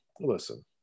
listen